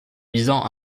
visant